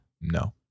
No